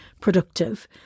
productive